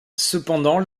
cependant